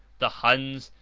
the huns,